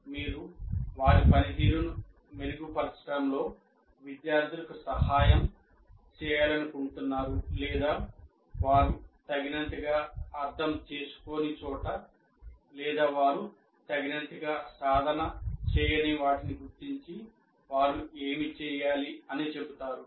మీరు వారి పనితీరును మెరుగుపరచడంలో విద్యార్థులకు సహాయం చేయాలనుకుంటున్నారు లేదా వారు తగినంతగా అర్థం చేసుకోని చోట లేదా వారు తగినంతగా సాధన చేయని వాటిని గుర్తించి వారు ఏమి చేయాలి అని చెబుతారు